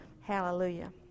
Hallelujah